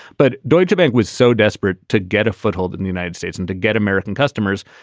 but deutschebank was so desperate to get a foothold in the united states and to get american customers.